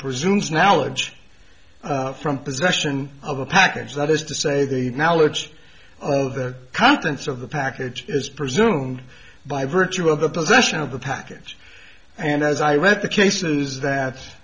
presumes now much from possession of a package that is to say they've knowledge of the contents of the package is presumed by virtue of the possession of the package and as i read the cases that